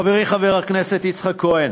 חברי חבר הכנסת יצחק כהן,